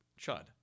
Chud